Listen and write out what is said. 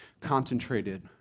concentrated